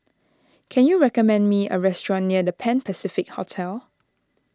can you recommend me a restaurant near the Pan Pacific Hotel